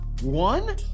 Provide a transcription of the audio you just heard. One